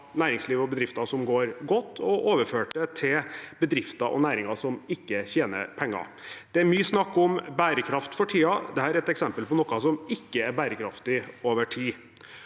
næringsliv og bedrifter som går godt, og overført det til bedrifter og næringer som ikke tjener penger. Det er mye snakk om bærekraft for tiden. Dette er et eksempel på noe som ikke er bærekraftig over tid.